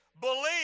believe